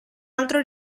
altro